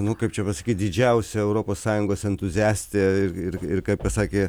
nu kaip čia pasakyt didžiausia europos sąjungos entuziastė ir ir kaip pasakė